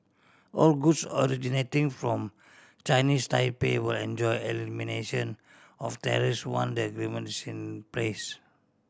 all goods originating from Chinese Taipei will enjoy elimination of tariffs once the agreement is in place